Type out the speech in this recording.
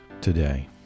today